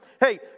hey